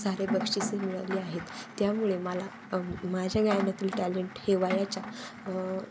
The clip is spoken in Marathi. सारे बक्षीसे मिळालेली आहेत त्यामुळे मला माझ्या गायनातील टॅलेंट हे वयाच्या